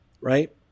right